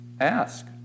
Ask